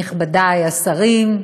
נכבדי השרים,